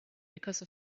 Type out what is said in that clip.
because